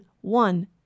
one